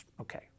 Okay